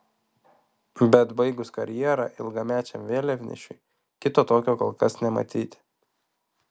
bet baigus karjerą ilgamečiam vėliavnešiui kito tokio kol kas nematyti